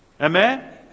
Amen